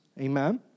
Amen